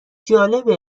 جالبه